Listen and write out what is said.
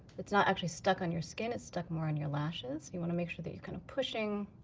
it's not actually stuck on your skin, it's stuck more on your lashes. you want to make sure that you're kind of pushing